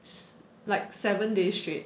like seven days straight